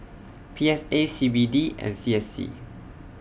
P S A C B D and C S C